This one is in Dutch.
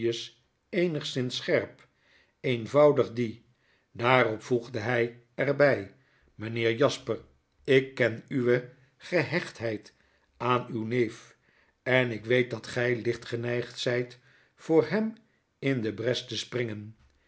eenigszins scherp eenvoudig die daarop voegde hy er bij mynheer jasper ikkenuwe gehechtheid aan uw neef en ik weet dat gy licht geneigd zijt voor hem in de brestespringen ik